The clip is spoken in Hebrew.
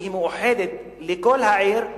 שהיא מאוחדת לכל העיר,